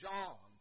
John